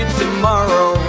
tomorrow